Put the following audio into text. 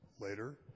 later